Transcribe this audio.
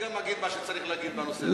דקות, אני גם אגיד מה שצריך להגיד בנושא הזה.